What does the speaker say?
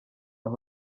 aho